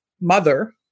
mother